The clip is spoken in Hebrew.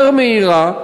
יותר מהירה,